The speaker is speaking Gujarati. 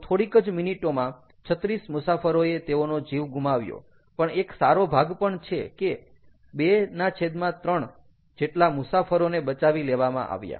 તો થોડીક જ મિનિટોમાં 36 મુસાફરોએ તેઓનો જીવ ગુમાવ્યો પણ એક સારો ભાગ પણ છે કે 23 મુસાફરોને બચાવી લેવામાં આવ્યા